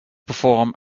perform